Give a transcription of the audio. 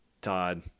Todd